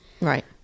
Right